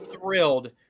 thrilled